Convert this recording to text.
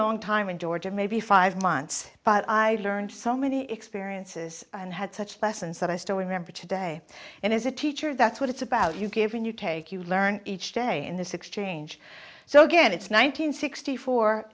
long time in georgia maybe five months but i learned so many experiences and had such lessons that i still remember today and as a teacher that's what it's about you given your take you learn each day in this exchange so again it's nine hundred sixty four